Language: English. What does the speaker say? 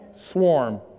swarm